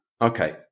okay